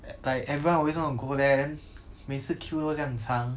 like everyone always wanna go there 每次 queue 都这样长